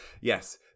yes